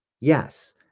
Yes